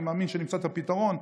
אני מאמין שנמצא את הפתרון,